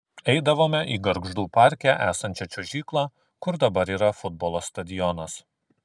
eidavome į gargždų parke esančią čiuožyklą kur dabar yra futbolo stadionas